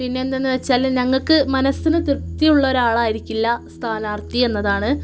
പിന്നെ എന്തെന്ന് വച്ചാൽ ഞങ്ങൾക്ക് മനസ്സിന് തൃപ്തിയുള്ള ഒരാൾ ആയിരിക്കില്ല സ്ഥാനാർഥി എന്നതാണ്